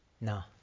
No